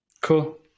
Cool